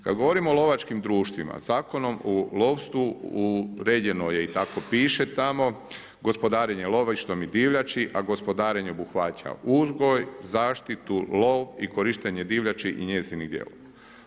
Kad govorimo o lovačkim društvima Zakonom o lovstvu uređeno je i tako piše tamo gospodarenje lovištom i divljači, a gospodarenje obuhvaća uzgoj, zaštitu, lov i korištenje divljači i njegovih dijelova.